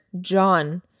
John